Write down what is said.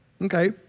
Okay